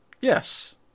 Yes